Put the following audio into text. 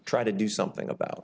try to do something about